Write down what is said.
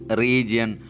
region